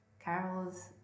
carols